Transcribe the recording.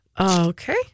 Okay